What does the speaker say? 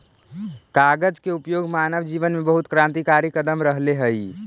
कागज के उपयोग मानव जीवन में बहुत क्रान्तिकारी कदम रहले हई